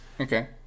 Okay